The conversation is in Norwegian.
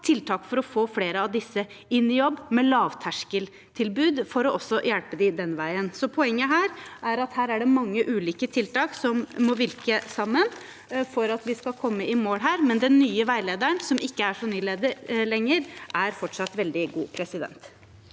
tiltak for å få flere av disse inn i jobb, med lavterskeltilbud, for også å hjelpe dem den veien. Poenget er at her er det mange ulike tiltak som må virke sammen for at vi skal komme i mål. Men den nye veilederen, som ikke er så ny lenger, er fortsatt veldig god.